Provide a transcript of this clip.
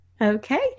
okay